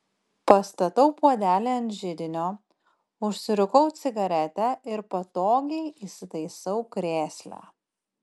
pastatau puodelį ant židinio užsirūkau cigaretę ir patogiai įsitaisau krėsle